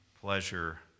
pleasure